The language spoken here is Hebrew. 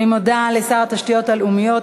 אני מודה לשר התשתיות הלאומיות,